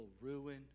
ruin